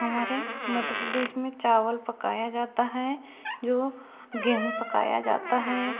हमारे मध्य प्रदेश में चावल पकाया जाता है जो गेहूँ पकाया जाता है